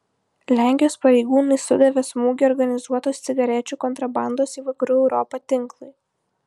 lenkijos pareigūnai sudavė smūgį organizuotos cigarečių kontrabandos į vakarų europą tinklui